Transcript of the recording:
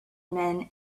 men